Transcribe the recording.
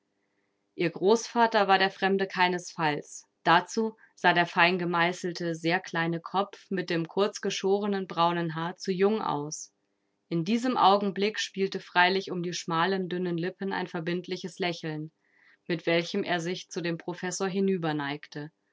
ihr großvater war der fremde keinenfalls dazu sah der feingemeißelte sehr kleine kopf mit dem kurzgeschorenen braunen haar zu jung aus in diesem augenblick spielte freilich um die schmalen dünnen lippen ein verbindliches lächeln mit welchem er sich zu dem professor